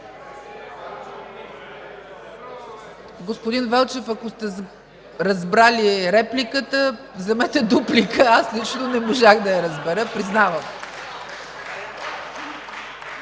Господин Велчев, ако сте разбрали репликата, вземете дуплика. Аз лично не можах да я разбера. Признавам.